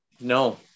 No